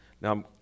Now